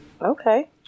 Okay